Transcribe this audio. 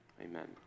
amen